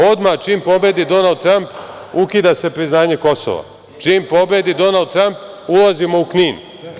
Odmah, čim pobedi Donald Tramp, ukida se priznanje Kosova; čim pobedi Donald Tramp ulazimo u Knin.